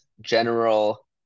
general